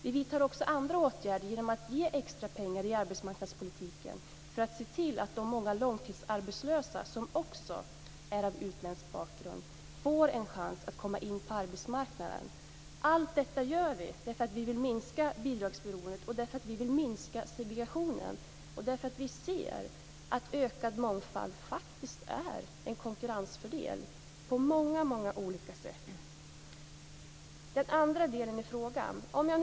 Vi vidtar också andra åtgärder genom att ge extra pengar till arbetsmarknadspolitiken för att se till att de många långtidsarbetslösa som också har utländsk bakgrund får en chans att komma in på arbetsmarknaden. Allt detta gör vi därför att vi vill minska bidragsberoendet, därför att vi vill minska segregationen och därför att vi ser att ökad mångfald faktiskt är en konkurrensfördel på många olika sätt. Jag skall sedan kommentera den andra delen av Sten Anderssons inlägg.